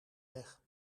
weg